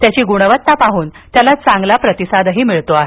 त्याची गुणवत्ता पाहून त्याला चांगला प्रतिसादही मिळतो आहे